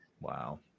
Wow